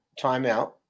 Timeout